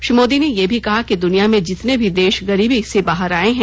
श्री मोदी ने यह भी कहा कि दुनिया में जितने भी देश गरीबी से बाहर आये हैं